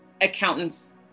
accountants